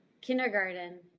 kindergarten